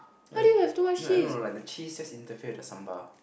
as no like no no like the cheese just interfere with the sambal